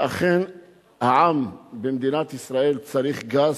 שאכן העם במדינת ישראל צריך גז,